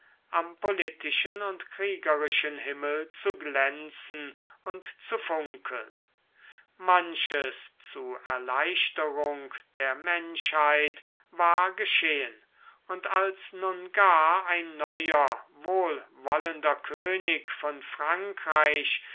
am politischen und kriegerischen himmel zu glänzen und zu funkeln manches zu erleichterung der menschheit war geschehen und als nun gar ein neuer wohlwollender könig von frankreich